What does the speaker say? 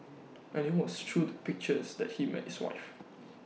and IT was through the pictures that he met his wife